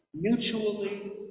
Mutually